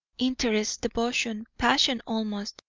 interest, devotion, passion almost,